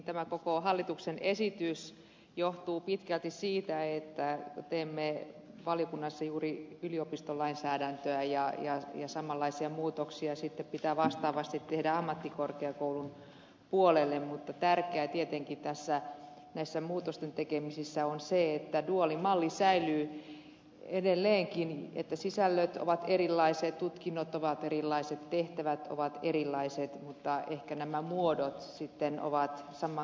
tämä koko hallituksen esitys johtuu pitkälti siitä että teemme valiokunnassa juuri yliopistolainsäädäntöä ja samanlaisia muutoksia sitten pitää vastaavasti tehdä ammattikorkeakoulun puolelle mutta tärkeää tietenkin näissä muutosten tekemisissä on se että duaalimalli säilyy edelleenkin sisällöt ovat erilaiset ja tutkinnot ovat erilaiset tehtävät ovat erilaiset mutta ehkä nämä muodot sitten ovat saman kaltaiset